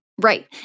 Right